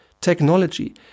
technology